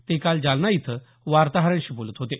ते काल जालना इथं वार्ताहरांशी बोलत होते